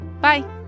Bye